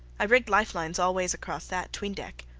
i rigged lifelines all ways across that tween-deck.